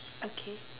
okay